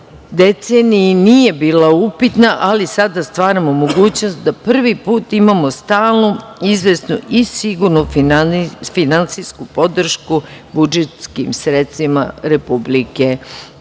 deceniji nije bila upitna, ali sada stvaramo mogućnost da prvi put imamo stalnu, izvesnu i sigurnu finansijsku podršku budžetskim sredstvima Republike